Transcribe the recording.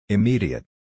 Immediate